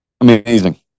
Amazing